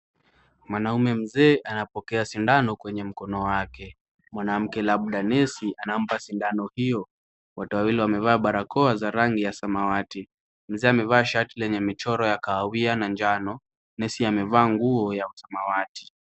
Mwanamume mzee anapokea sindano kwenye mkono wake. Mwanamke labda nesi anampa sindano hiyo. Wote wawili wamevaa barakoa za rangi ya samawati. Mzee amevaa shati lenye michoro ya kahawia na njano, nesi amevaa nguo ya samawati.